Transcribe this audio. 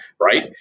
right